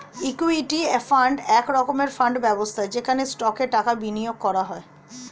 equity fund এক রকমের fund ব্যবস্থা যেখানে স্টকে টাকা বিনিয়োগ করা হয়